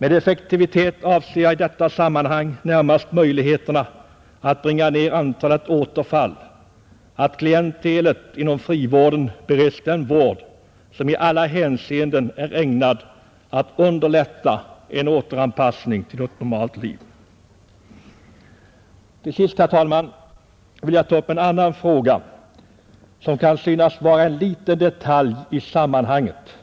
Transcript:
Med effektivitet avser jag i detta sammanhang närmast möjligheterna att bringa ner antalet återfall och att klientelet inom frivården bereds en vård som i alla hänseenden är ägnad att underlätta en återanpassning till normalt liv. Till sist, herr talman, vill jag ta upp en annan fråga som kan synas vara en liten detalj i sammanhanget